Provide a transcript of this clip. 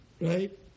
right